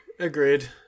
Agreed